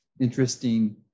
interesting